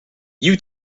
you